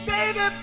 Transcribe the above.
Baby